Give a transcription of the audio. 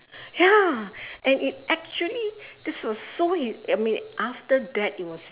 ya and it actually this was so you I mean after that it was